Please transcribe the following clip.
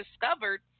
discovered